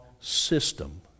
system